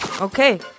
Okay